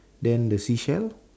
then the seashell